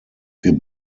wir